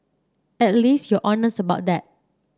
at least you're honest about that